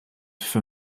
for